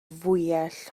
fwyell